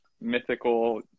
mythical